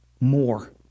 more